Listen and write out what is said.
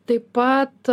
taip pat